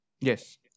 Yes